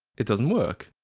it doesn't work.